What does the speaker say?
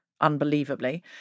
Unbelievably